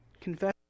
Confess